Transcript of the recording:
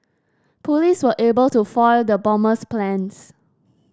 police were able to foil the bomber's plans